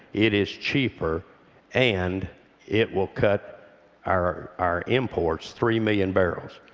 it is cheaper and it will cut our our imports three million barrels.